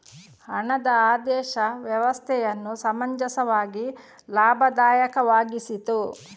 ಹಣದ ಆದೇಶ ವ್ಯವಸ್ಥೆಯನ್ನು ಸಮಂಜಸವಾಗಿ ಲಾಭದಾಯಕವಾಗಿಸಿತು